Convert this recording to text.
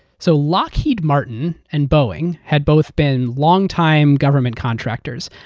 so lockheed martin and boeing had both been longtime government contractors.